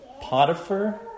Potiphar